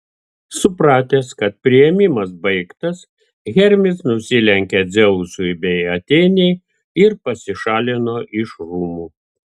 supratęs kad priėmimas baigtas hermis nusilenkė dzeusui bei atėnei ir pasišalino iš rūmų